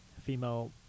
female